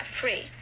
free